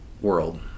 world